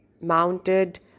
mounted